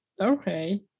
Okay